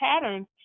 patterns